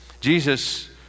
Jesus